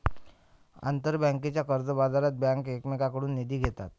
आंतरबँकेच्या कर्जबाजारात बँका एकमेकांकडून निधी घेतात